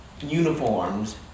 uniforms